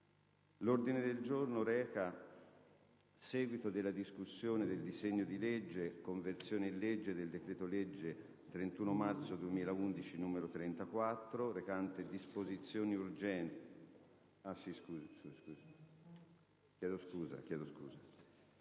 ordine del giorno: Seguito della discussione del disegno di legge: Conversione in legge del decreto-legge 31 marzo 2011, n. 34, recante disposizioni urgenti